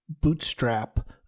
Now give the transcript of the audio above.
bootstrap